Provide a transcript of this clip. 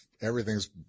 everything's